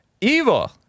Evil